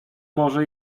może